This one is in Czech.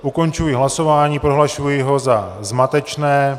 Ukončuji hlasování, prohlašuji ho za zmatečné.